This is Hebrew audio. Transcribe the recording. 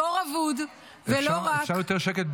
דור אבוד --- אפשר יותר שקט?